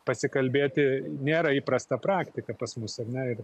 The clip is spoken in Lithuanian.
pasikalbėti nėra įprasta praktika pas mus ar ne ir